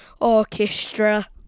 Orchestra